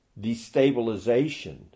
destabilization